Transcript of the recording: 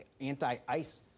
anti-ice